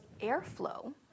airflow